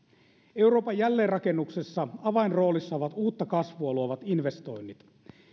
euroopan jälleenrakennuksessa avainroolissa ovat uutta kasvua luovat investoinnit